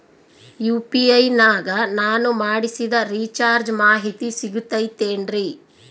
UPI ನಾಗ ನಾನು ಮಾಡಿಸಿದ ರಿಚಾರ್ಜ್ ಮಾಹಿತಿ ಸಿಗುತೈತೇನ್ರಿ?